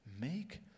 Make